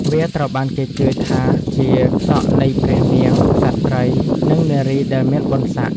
វាត្រូវបានគេជឿថាជាសក់នៃព្រះនាង ក្សត្រីយ៍ និងនារីដែលមានបុណ្យស័ក្តិ។